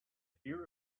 fear